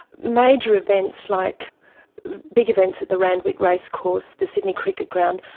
major events like big events at the randwick racecourse, the sydney cricket ground,